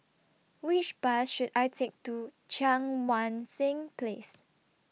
Which Bus should I Take to Cheang Wan Seng Place